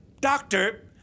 doctor